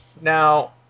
Now